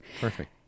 Perfect